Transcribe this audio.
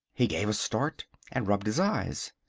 he gave a start and rubbed his eyes.